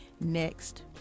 next